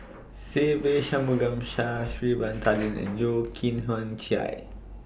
Se Ve Shanmugam Sha'Ari Bin Tadin and Yeo Kian Chye